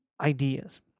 ideas